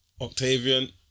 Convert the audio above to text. Octavian